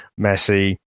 Messi